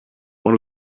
one